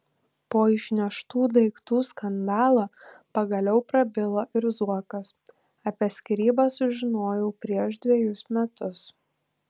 po išneštų daiktų skandalo pagaliau prabilo ir zuokas apie skyrybas sužinojau prieš dvejus metus